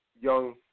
young